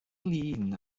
lŷn